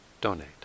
donate